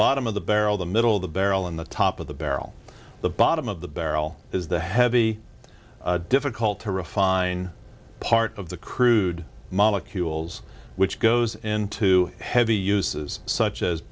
bottom of the barrel the middle of the barrel in the top of the barrel the bottom of the barrel is the heavy difficult to refine part of the crude molecules which goes into heavy uses such as